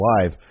Live